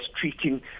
treating